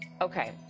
Okay